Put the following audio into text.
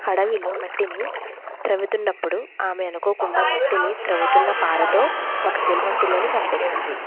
అడవిలో మట్టిని త్రవ్వుతున్నప్పుడు ఆమె అనుకోకుండా మట్టిని త్రవ్వుతున్న పారతో ఒక సింహం పిల్లని చంపేస్తుంది